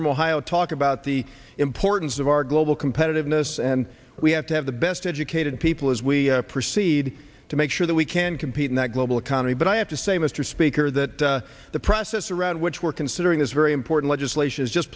from ohio talk about the importance of our global competitiveness and we have to have the best educated people as we proceed to make sure that we can compete in that global economy but i have to say mr speaker that the process around which we're considering this very important legislation is just